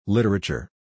Literature